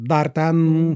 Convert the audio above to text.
dar ten